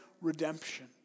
redemption